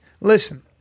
Listen